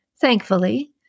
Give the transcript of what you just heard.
Thankfully